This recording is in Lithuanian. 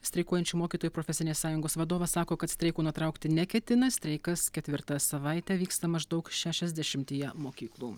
streikuojančių mokytojų profesinės sąjungos vadovas sako kad streiko nutraukti neketina streikas ketvirtą savaitę vyksta maždaug šešiasdešimtyje mokyklų